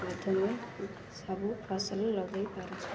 ମାଧ୍ୟମରେ ସବୁ ଫସଲ ଲଗାଇ ପାରୁଛୁ